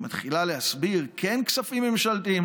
מתחילה להסביר: כן כספים ממשלתיים,